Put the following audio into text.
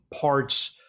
parts